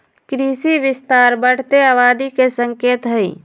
कृषि विस्तार बढ़ते आबादी के संकेत हई